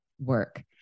work